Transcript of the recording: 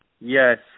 Yes